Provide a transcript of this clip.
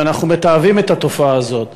ואנחנו מתעבים את התופעה הזאת.